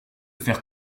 faire